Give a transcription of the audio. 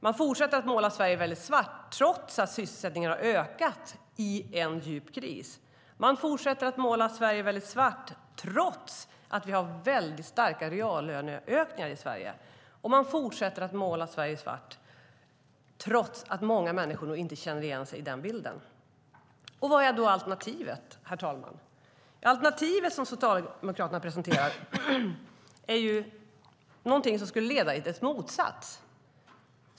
Man fortsätter att måla Sverige väldigt svart, trots att sysselsättningen har ökat i en djup kris. Man fortsätter att måla Sverige väldigt svart, trots att vi har mycket starka reallöneökningar i Sverige. Och man fortsätter att måla Sverige svart, trots att många människor nog inte känner igen sig i den bilden. Vad är då alternativet, herr talman? Alternativet som Socialdemokraterna presenterar är ju någonting som skulle leda till dess motsats.